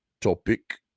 topic